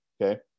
Okay